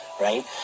right